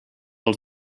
els